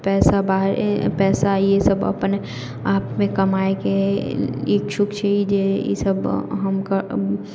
पइसा बाहर पइसा ईसब अपन आपमे कमाइके इच्छुक छी जे ईसब हम